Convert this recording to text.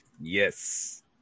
Yes